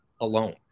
alone